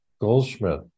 Goldschmidt